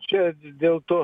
čia dėl to